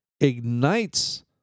ignites